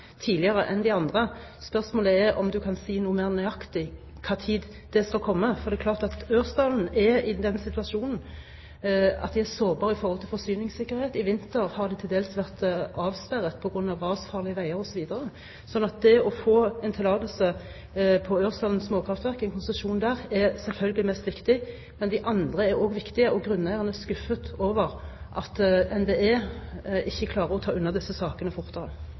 tidligere enn de andre. Spørsmålet er om statsråden kan si noe mer nøyaktig om når det skal komme. Ørsdalen er i den situasjonen at de er sårbare når det gjelder forsyningssikkerhet – i vinter har de til dels vært avsperret på grunn av rasfarlige veier osv. Så det å få en tillatelse til konsesjon for Ørsdalen småkraftverk er selvfølgelig mest viktig – men de andre er òg viktige. Grunneierne er skuffet over at NVE ikke klarer å ta unna disse sakene fortere.